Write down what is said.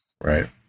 Right